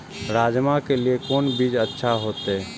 राजमा के लिए कोन बीज अच्छा होते?